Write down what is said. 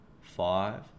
five